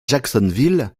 jacksonville